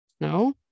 No